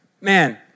man